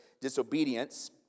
disobedience